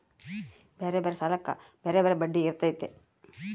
ಬ್ಯಾರೆ ಬ್ಯಾರೆ ಸಾಲಕ್ಕ ಬ್ಯಾರೆ ಬ್ಯಾರೆ ಬಡ್ಡಿ ಇರ್ತತೆ